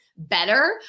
better